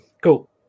Cool